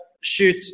shoot